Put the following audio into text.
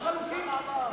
אז אנחנו חלוקים.